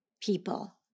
people